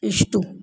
اشٹو